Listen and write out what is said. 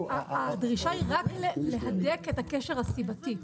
הדרישה היא רק להדק את הקשר הסיבתי.